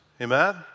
Amen